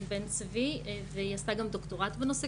בן צבי והיא עשתה גם דוקטורט בנושא,